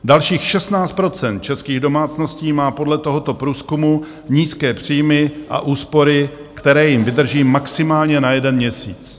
Dalších 16 % českých domácností má podle tohoto průzkumu nízké příjmy a úspory, které jim vydrží maximálně na jeden měsíc.